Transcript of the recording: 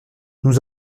nous